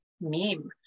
meme